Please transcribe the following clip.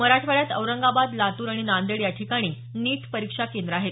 मराठवाड्यात औरंगाबाद लातूर आणि नांदेड याठिकाणी नीट परीक्षा केंद्र आहेत